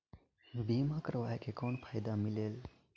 बीमा करवाय के कौन फाइदा मिलेल?